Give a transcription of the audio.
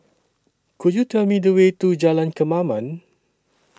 Could YOU Tell Me The Way to Jalan Kemaman